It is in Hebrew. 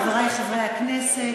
חברי חברי הכנסת,